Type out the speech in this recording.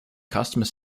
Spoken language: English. customer